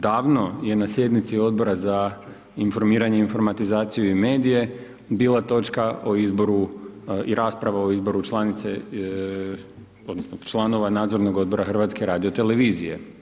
Davno je na sjednici Odbora za informiranje, informatizaciju i medije bila točka o izboru i rasprava o izboru članice, odnosno članova nadzornog odbora HRT-a.